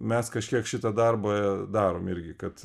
mes kažkiek šitą darbą darom irgi kad